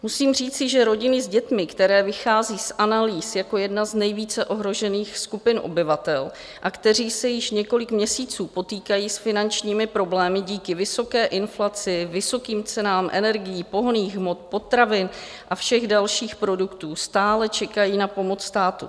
Musím říci, že rodiny s dětmi, které vychází z analýz jako jedna z nejvíce ohrožených skupin obyvatel a které se již několik měsíců potýkají s finančními problémy díky vysoké inflaci, vysokým cenám energií, pohonných hmot, potravin a všech dalších produktů, stále čekají na pomoc státu.